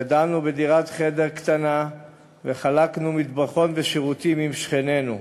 גדלנו בדירת חדר קטנה וחלקנו מטבחון ושירותים עם שכנינו,